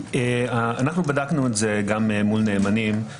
אנחנו בדקנו את זה גם מול נאמנים.